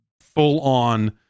full-on